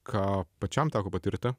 ką pačiam teko patirti